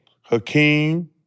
Hakeem